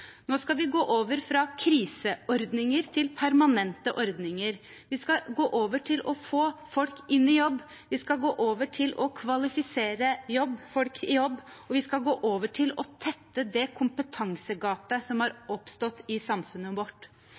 Nå skal vi gå over fra kriseordninger til permanente ordninger. Vi skal gå over til å få folk inn i jobb, vi skal gå over til å kvalifisere folk i jobb, og vi skal gå over til å tette det kompetansegapet som har oppstått i samfunnet vårt.